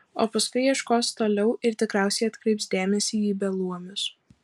o paskui ieškos toliau ir tikriausiai atkreips dėmesį į beluomius